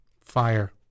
Fire